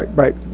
like right.